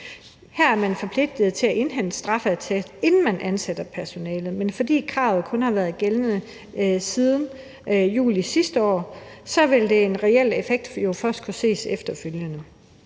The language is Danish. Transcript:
Her er man forpligtet til at indhente straffeattest, inden man ansætter personalet, men fordi kravet kun har været gældende siden juli sidste år, vil den reelle effekt jo først kunne